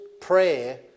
prayer